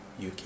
uk